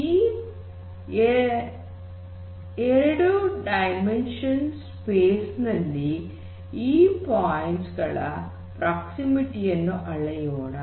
ಈ two D space ನಲ್ಲಿ ಈ ಪಾಯಿಂಟ್ಸ್ ಗಳ ಸಾಮೀಪ್ಯವನ್ನು ಅಳೆಯೋಣ